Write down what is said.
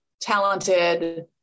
talented